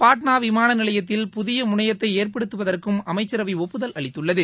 பாட்னா விமானநிலையத்தில் புதிய முனையத்தை ஏற்படுத்துவதற்கும் அமைச்சரவை ஒப்புதல் அளித்துள்ளது